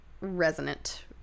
resonant